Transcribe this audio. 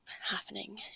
happening